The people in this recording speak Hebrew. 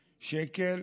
שקל,